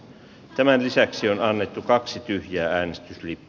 tämän lisäksi on annettu kaksi tyhjää äänesti